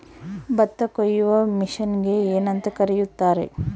ಭತ್ತ ಕೊಯ್ಯುವ ಮಿಷನ್ನಿಗೆ ಏನಂತ ಕರೆಯುತ್ತಾರೆ?